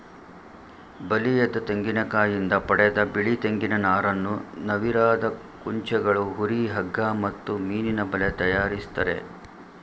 ಬಲಿಯದ ತೆಂಗಿನಕಾಯಿಂದ ಪಡೆದ ಬಿಳಿ ತೆಂಗಿನ ನಾರನ್ನು ನವಿರಾದ ಕುಂಚಗಳು ಹುರಿ ಹಗ್ಗ ಮತ್ತು ಮೀನಿನಬಲೆ ತಯಾರಿಸ್ತರೆ